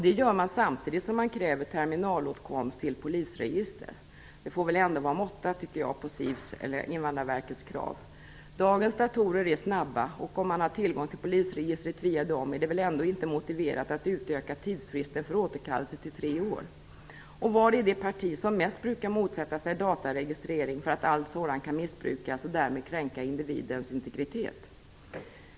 Det gör man samtidigt som man kräver terminalåtkomst till polisregister. Det får väl ändå vara måtta på Invandrarverkets krav. Dagens datorer är snabba. Om man har tillgång till polisregistret via dem är det väl ändå inte motiverat att utöka tidsfristen för återkallelse till 3 år. Var finns nu det parti som mest brukar motsätta sig dataregistrering för att all sådan kan missbrukas och därmed kränka individens integritet?